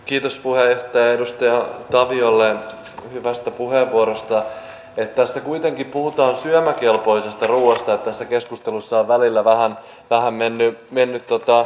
kiitos puheenjohtaja edustaja taviolle hyvästä puheenvuorosta tässä kuitenkin puhutaan syömäkelpoisesta ruoasta ja tässä keskustelussa on välillä vähän mennyt tämä fokus sekaisin